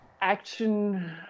Action